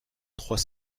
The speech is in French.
trois